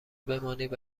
بمانید